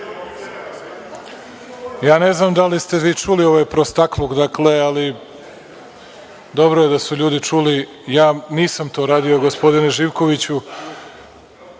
Ja ne znam da li ste vi čuli ovaj prostakluk, ali dobro je da su ljudi čuli. Ja nisam to radio, gospodine Živkoviću.